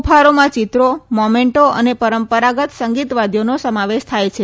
ઉપહારોમાં ચિત્રો મોમેન્ટો અને પરંપરાગત સંગીત વાદ્યોનો સમાવેશ થાય છે